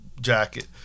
jacket